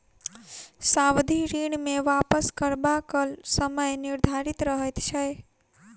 सावधि ऋण मे वापस करबाक समय निर्धारित रहैत छै